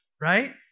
right